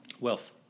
wealth